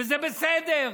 וזה בסדר,